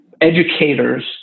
educators